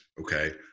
okay